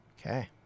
Okay